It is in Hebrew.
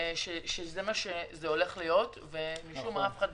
שזה מה שהולך להיות, ומשום מה אף אחד